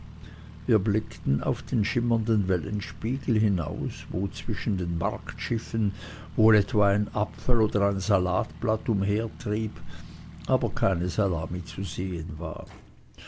wir blickten auf den schimmernden wellenspiegel hinaus wo zwischen den marktschiffen wohl etwa ein apfel oder ein salatblatt umhertrieb aber keine salami zu sehen war